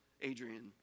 Adrian